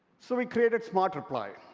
so we created smart reply.